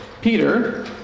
Peter